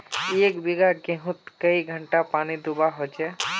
एक बिगहा गेँहूत कई घंटा पानी दुबा होचए?